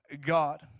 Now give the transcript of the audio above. God